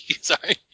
Sorry